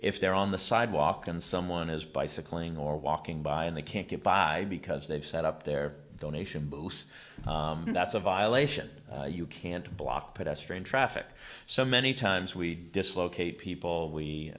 if they're on the sidewalk and someone is bicycling or walking by and they can't get by because they've set up their donation booth that's a violation you can't block pedestrian traffic so many times we dislocate people we